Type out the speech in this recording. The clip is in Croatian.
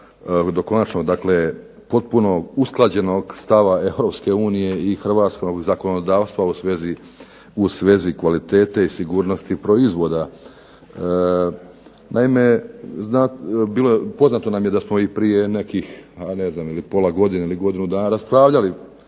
do konačno dakle potpuno usklađenog stava EU i hrvatskog zakonodavstva u svezi kvalitete i sigurnosti proizvoda. Naime, poznato nam je da smo prije nekih godinu ili pola godine, godinu dana raspravljali